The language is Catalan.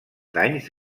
danys